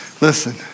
Listen